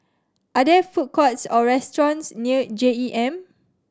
are there food courts or restaurants near J E M